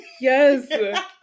Yes